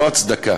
לא הצדקה,